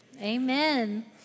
amen